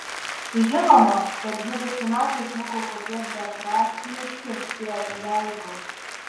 žinoma per dvidešimt metų išmokau kokie beprasmiški tie jeigu